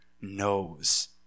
knows